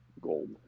gold